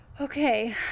Okay